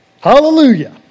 Hallelujah